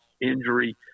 injury